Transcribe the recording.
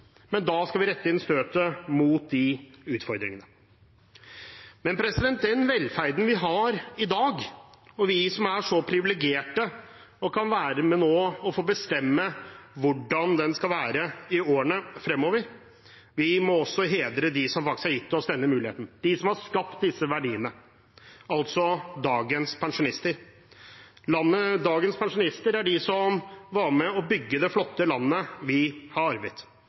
men da skal vi rette inn støtet mot de utfordringene. Vi som er så privilegerte og kan være med og bestemme hvordan velferden skal være i årene fremover, må også hedre dem som har gitt oss denne muligheten, de som har skapt disse verdiene, altså dagens pensjonister. Dagens pensjonister er de som var med på å bygge det flotte landet vi har arvet.